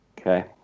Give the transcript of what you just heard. Okay